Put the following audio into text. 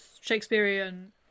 Shakespearean